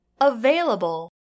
available